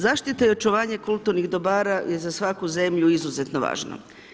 Zaštita i očuvanje kulturnih dobara je za svaku zemlju izuzetno važna.